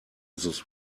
this